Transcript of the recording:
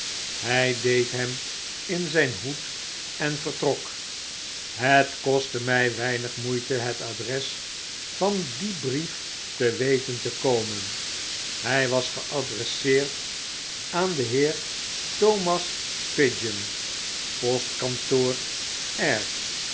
fly deed hem in zyn hoed en vertrok het kostte mij weinig moeite het adres van dien brief te weten te komen hy was geadresseerd aan den heer thomas pigeon postkantoor